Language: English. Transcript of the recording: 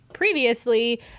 previously